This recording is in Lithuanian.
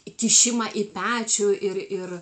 įkišimą į pečių ir ir